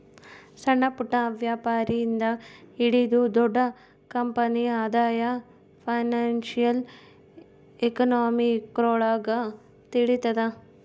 ಸಣ್ಣಪುಟ್ಟ ವ್ಯಾಪಾರಿ ಇಂದ ಹಿಡಿದು ದೊಡ್ಡ ಕಂಪನಿ ಆದಾಯ ಫೈನಾನ್ಶಿಯಲ್ ಎಕನಾಮಿಕ್ರೊಳಗ ತಿಳಿತದ